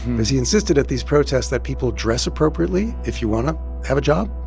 he insisted at these protests that people dress appropriately. if you want to have a job,